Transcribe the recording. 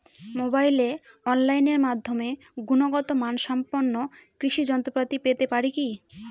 মোবাইলে অনলাইনের মাধ্যমে গুণগত মানসম্পন্ন কৃষি যন্ত্রপাতি পেতে পারি কি?